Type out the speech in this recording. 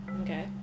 okay